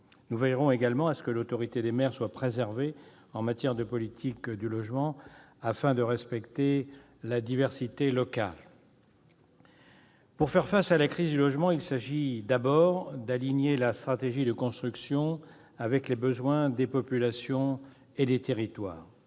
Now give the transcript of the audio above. Nous veillerons également à ce que l'autorité des maires soit préservée en matière de politique du logement afin de respecter la diversité locale. Pour faire face à la crise du logement, il s'agit d'abord d'aligner la stratégie de construction sur les besoins des populations et des territoires.